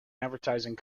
advertising